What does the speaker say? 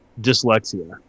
dyslexia